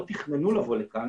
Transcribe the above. לא תכננו לבוא לכאן,